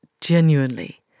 genuinely